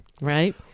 Right